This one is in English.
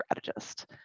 strategist